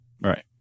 Right